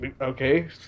Okay